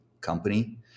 company